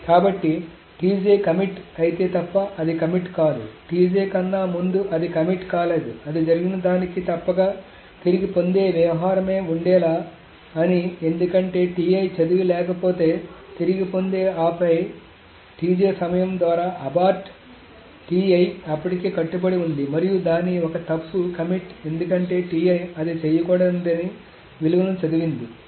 కాబట్టి కమిట్ ఐతే తప్ప అది కమిట్ కాదు కన్నా ముందు అది కమిట్ కాలేదు అది జరిగిన దానికి తప్పక తిరిగి పొందే వ్యవహారమే ఉండేలా అని ఎందుకంటే చదివి లేకపోతే తిరిగి పొందే ఆపై సమయం ద్వారా అబార్ట్ ఇప్పటికే కట్టుబడి ఉంది మరియు దాని ఒక తప్పు కమిట్ ఎందుకంటే అది చేయకూడని విలువను చదివింది